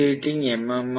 pulsating M